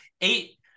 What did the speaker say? eight